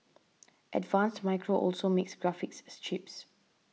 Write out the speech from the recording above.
advanced Micro also makes graphics chips